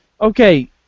Okay